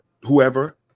whoever